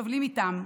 שסובלים איתם,